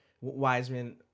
Wiseman